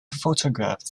photographed